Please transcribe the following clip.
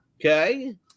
Okay